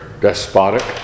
despotic